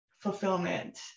Fulfillment